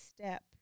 step